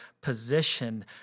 position